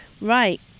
right